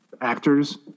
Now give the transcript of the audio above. actors